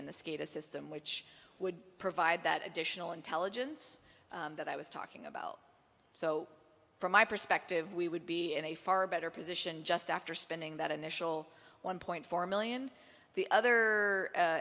and the skate a system which would provide that additional intelligence that i was talking about so from my perspective we would be in a far better position just after spending that initial one point four million the other